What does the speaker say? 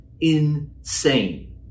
Insane